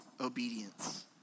obedience